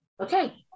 Okay